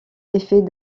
l’effet